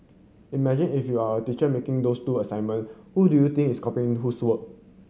imagine if you are a teacher making these two assignment who do you think is copying whose work